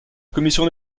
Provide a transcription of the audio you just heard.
commission